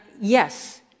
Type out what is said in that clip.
yes